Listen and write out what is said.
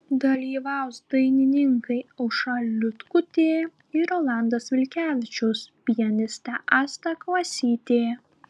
dalyvaus dainininkai aušra liutkutė ir rolandas vilkevičius pianistė asta kvasytė